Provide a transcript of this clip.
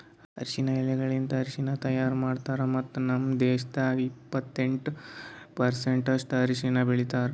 ಅರಶಿನ ಎಲಿಗೊಳಲಿಂತ್ ಅರಶಿನ ತೈಯಾರ್ ಮಾಡ್ತಾರ್ ಮತ್ತ ನಮ್ ದೇಶದಾಗ್ ಎಪ್ಪತ್ತೆಂಟು ಪರ್ಸೆಂಟಿನಷ್ಟು ಅರಶಿನ ಬೆಳಿತಾರ್